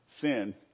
sin